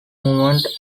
movement